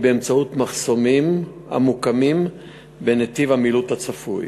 באמצעות מחסומים המוקמים בנתיב המילוט הצפוי.